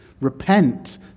repent